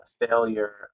failure